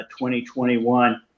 2021